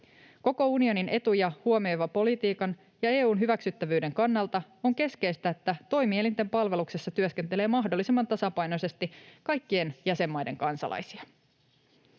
Koko unionin etuja huomioivan politiikan ja EU:n hyväksyttävyyden kannalta on keskeistä, että toimielinten palveluksessa työskentelee mahdollisimman tasapainoisesti kaikkien jäsenmaiden kansalaisia.